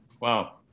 Wow